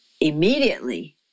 immediately